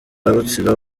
rutsiro